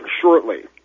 shortly